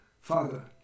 father